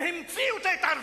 הם המציאו את ההתערבות.